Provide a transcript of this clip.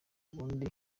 ubundi